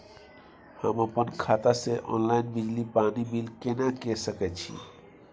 हम अपन खाता से ऑनलाइन बिजली पानी बिल केना के सकै छी?